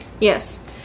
Yes